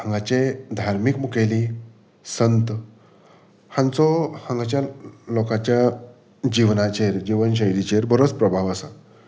हांगाचे धार्मीक मुखेली संत हांचो हांगाच्या लोकाच्या जिवनाचेर जिवनशैलीचेर बरोच प्रभाव आसा